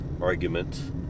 argument